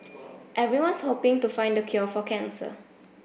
everyone's hoping to find the cure for cancer